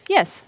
Yes